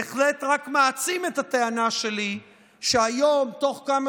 בהחלט רק מעצים את הטענה שלי שהיום תוך כמה